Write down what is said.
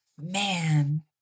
Man